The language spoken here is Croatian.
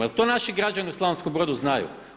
Jel' to naši građani u Slavonskom Brodu znaju.